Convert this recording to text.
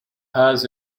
has